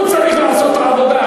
הוא צריך לעשות את העבודה.